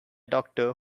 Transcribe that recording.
doctor